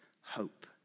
hope